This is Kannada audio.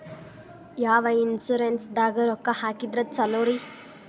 ಯಾವ ಇನ್ಶೂರೆನ್ಸ್ ದಾಗ ರೊಕ್ಕ ಹಾಕಿದ್ರ ಛಲೋರಿ?